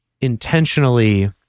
intentionally